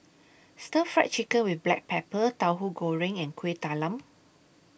Stir Fry Chicken with Black Pepper Tauhu Goreng and Kueh Talam